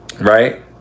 right